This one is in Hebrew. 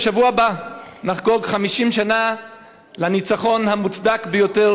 בשבוע הבא נחגוג 50 שנה לניצחון המוצדק ביותר